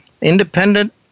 independent